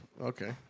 Okay